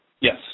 Yes